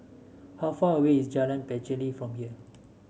how far away is Jalan Pacheli from here